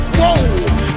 Whoa